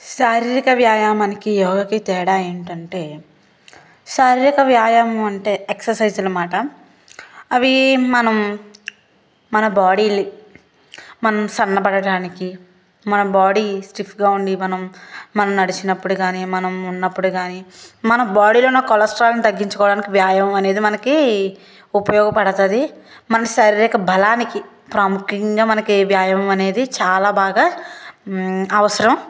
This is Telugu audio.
శారీరక వ్యాయామానికి యోగకి తేడా ఏంటంటే శారీరక వ్యాయామం అంటే ఎక్సర్సైజ్ అనమాట అవీ మనం మన బాడీని మనం సన్నబడడానికి మన బాడీ స్టిఫ్గా ఉండి మనం మనం నడిచినప్పుడు గాని మనం ఉన్నప్పుడు గానీ మన బాడీలోని కొలెస్ట్రాల్ని తగ్గించుకోవడానికి వ్యాయామం అనేది మనకి ఉపయోగపడతుంది మన శారీరక బలానికి ప్రాముఖ్యంగా మనకి వ్యాయామం అనేది చాలా బాగా అవసరం